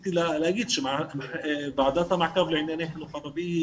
רציתי להגיד שוועדת המעקב לענייני חינוך ערבי היא